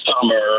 summer